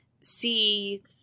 see